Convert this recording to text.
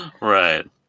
Right